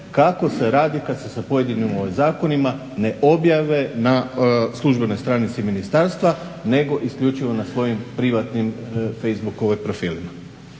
kako se radi kad se sa pojedinim zakonima ne objave na službenoj stranici ministarstva nego isključivo na svojim privatnim Faceboook profilima.